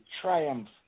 triumph